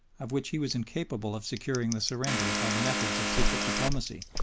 of which he was incapable of securing the surrender by the methods of secret diplomacy.